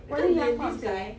what did their mum say